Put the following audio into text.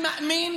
לא לי.